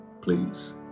please